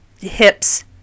hips